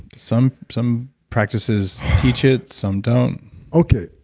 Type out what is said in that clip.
some some practices teach it, some don't okay,